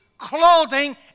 clothing